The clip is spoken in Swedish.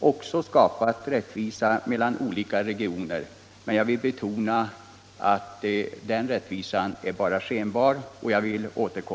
Nr 54 skapat rättvisa mellan olika regioner, men jag vill betona att den rättvisan Torsdagen den bara är skenbar. Jag återkommer senare till den saken.